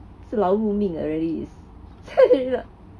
是劳碌命啊 really